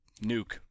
nuke